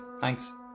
Thanks